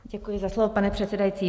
Děkuji za slovo, pane předsedající.